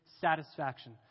satisfaction